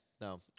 No